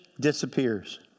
disappears